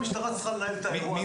המשטרה צריכה לנהל את האירוע הזה,